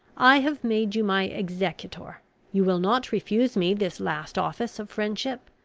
i have made you my executor you will not refuse me this last office of friendship.